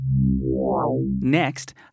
Next